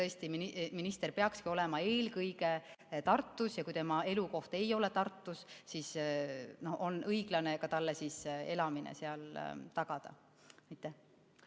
et minister peakski olema eelkõige Tartus ja kui tema elukoht ei ole Tartus, siis on õiglane talle ka elamine seal tagada.